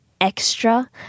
Extra